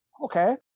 okay